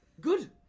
Good